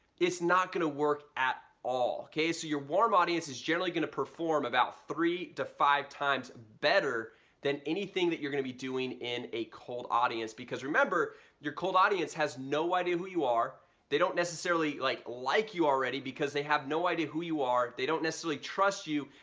it's not gonna work at all okay so your warm audience is generally gonna perform about three to five times better than anything that you're gonna be doing in a called audience because remember your cold audience has no idea who you are they don't necessarily like like you already because they have no idea who you are they don't necessarily trust you.